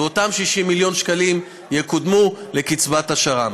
ואותם 60 מיליון שקלים יקודמו לקצבת השר"מ.